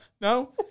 No